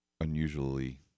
unusually